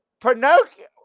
Pinocchio